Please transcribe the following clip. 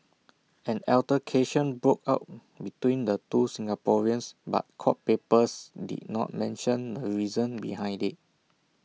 an altercation broke out between the two Singaporeans but court papers did not mention the reason behind IT